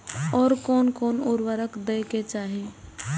आर कोन कोन उर्वरक दै के चाही?